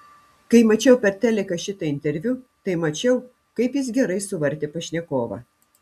kai mačiau per teliką šitą interviu tai mačiau kaip jis gerai suvartė pašnekovą